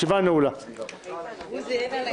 הישיבה ננעלה בשעה 10:55.